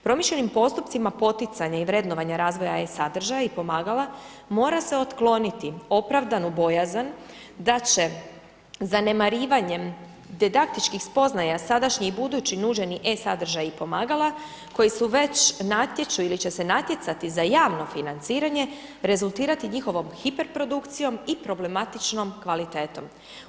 Promišljenim postupcima poticanja i vrednovanja razvoja e –sadržaja i pomagala, mora se otkloniti opravdanu bojazan da će zanemarivanjem dedaktičkih spoznaja sadašnjih i budućih nuđeni e-sadržaji i pomagala koji su već natječu ili će se natjecati za javno financiranje, rezultirati njihovom hiperprodukcijom i problematičnom kvalitetom.